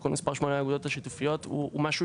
תיקון מס' 8 לאגודות השיתופיות הוא משהו